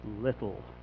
little